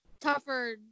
tougher